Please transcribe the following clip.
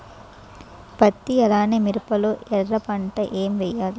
పత్తి అలానే మిరప లో ఎర పంట ఏం వేయాలి?